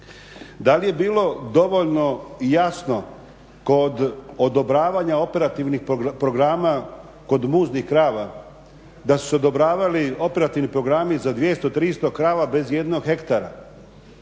da li je bilo dovoljno jasno kod odobravanja operativnih programa kod muznih krava da su se odobravali operativni programi za 200, 300 krava bez jednog hektara,